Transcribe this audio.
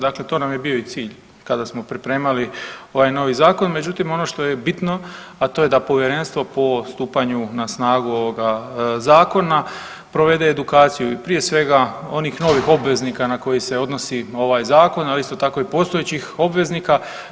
Dakle to nam je bio i cilj kada smo pripremali ovaj novi zakon, međutim ono što je bitno, a to je da povjerenstvo po stupanju na snagu ovoga zakona provede edukaciju i prije svega onih novih obveznika na koji se odnosi ovaj zakon, ali isto tako i postojećih obveznika.